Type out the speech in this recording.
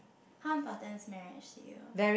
how important is marriage to you